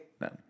No